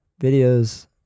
videos